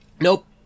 Nope